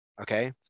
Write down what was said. okay